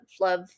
love